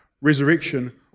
resurrection